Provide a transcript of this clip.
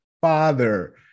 father